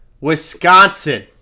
Wisconsin